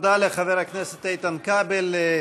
תודה לחבר הכנסת איתן כבל.